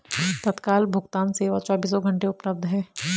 तत्काल भुगतान सेवा चोबीसों घंटे उपलब्ध है